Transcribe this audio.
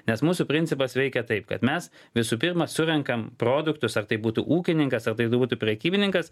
nes mūsų principas veikia taip kad mes visų pirma surenkam produktus ar tai būtų ūkininkas ar tai būtų prekybininkas